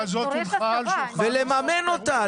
הנחיה דומה הונחה על שולחנו של ------ ולממן אותה,